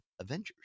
avengers